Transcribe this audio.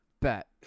Bet